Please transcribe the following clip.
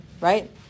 Right